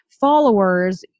followers